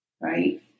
right